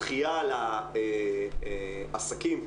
הדחייה לעסקים,